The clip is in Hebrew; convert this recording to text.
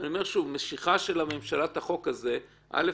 ואני אומר שוב, משיכה של הממשלה את החוק הזה, א.